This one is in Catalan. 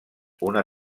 una